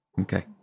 Okay